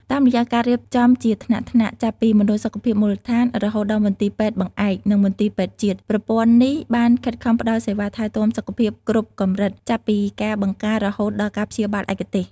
តាមរយៈការរៀបចំជាថ្នាក់ៗ ចាប់ពីមណ្ឌលសុខភាពមូលដ្ឋាន រហូតដល់មន្ទីរពេទ្យបង្អែក និងមន្ទីរពេទ្យជាតិ ប្រព័ន្ធនេះបានខិតខំផ្តល់សេវាថែទាំសុខភាពគ្រប់កម្រិត ចាប់ពីការបង្ការរហូតដល់ការព្យាបាលឯកទេស។